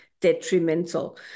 detrimental